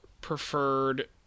preferred